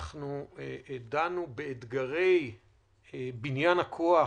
דנו באתגרי בניין הכוח,